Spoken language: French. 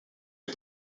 des